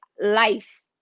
life